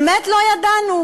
באמת לא ידענו.